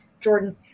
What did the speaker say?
Jordan